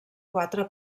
quatre